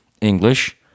English